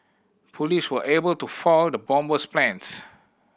police were able to foil the bomber's plans